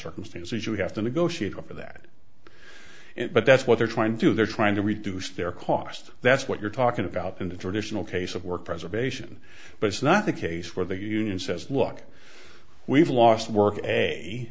circumstances you have to negotiate over that but that's what they're trying to do they're trying to reduce their cost that's what you're talking about into georgia tional case of work preservation but it's not the case where the union says look we've lost work